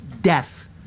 death